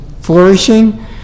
flourishing